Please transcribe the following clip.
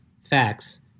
facts